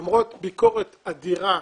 למרות ביקורת אדירה,